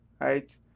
Right